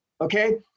okay